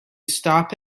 stop